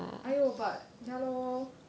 !aiyo! but ya lor